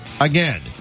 again